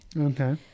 Okay